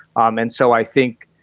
um and so i think,